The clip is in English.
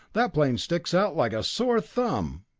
that plane sticks out like a sore thumb!